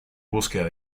búsqueda